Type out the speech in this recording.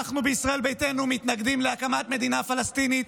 אנחנו בישראל ביתנו מתנגדים להקמת מדינה פלסטינית